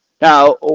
Now